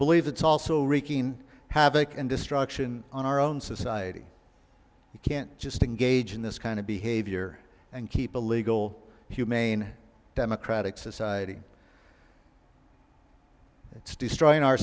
believe it's also wreaking havoc and destruction on our own society you can't just engage in this kind of behavior and keep a legal humane democratic society that's destroying our